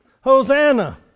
Hosanna